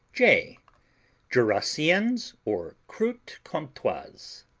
j jurassiennes, or croutes comtoises